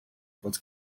bod